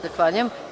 Zahvaljujem.